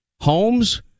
homes